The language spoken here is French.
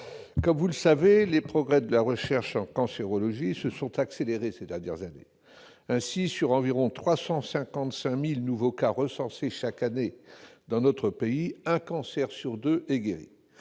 d'oncologie. Les progrès de la recherche en cancérologie se sont accélérés ces dernières années. Ainsi, sur environ 355 000 nouveaux cas recensés chaque année dans notre pays, un cancer sur deux est guéri,